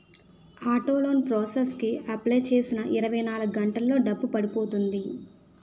auto loan process కి apply చేసిన ఇరవై నాలుగు గంటల్లో డబ్బు పడిపోతుంది